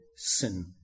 sin